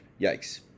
Yikes